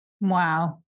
Wow